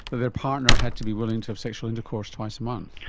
their partner had to be willing to have sexual intercourse twice a month.